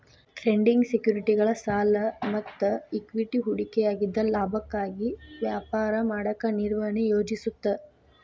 trading ಸೆಕ್ಯುರಿಟಿಗಳ ಸಾಲ ಮತ್ತ ಇಕ್ವಿಟಿ ಹೂಡಿಕೆಯಾಗಿದ್ದ ಲಾಭಕ್ಕಾಗಿ ವ್ಯಾಪಾರ ಮಾಡಕ ನಿರ್ವಹಣೆ ಯೋಜಿಸುತ್ತ